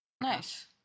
Nice